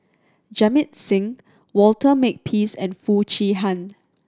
Jamit Singh Walter Makepeace and Foo Chee Han